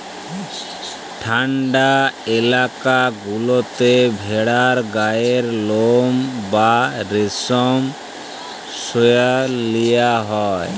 ঠাল্ডা ইলাকা গুলাতে ভেড়ার গায়ের লম বা রেশম সরাঁয় লিয়া হ্যয়